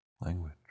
language